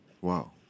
Wow